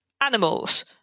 animals